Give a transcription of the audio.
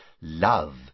love